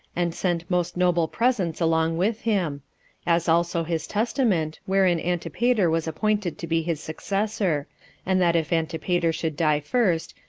and sent most noble presents along with him as also his testament, wherein antipater was appointed to be his successor and that if antipater should die first,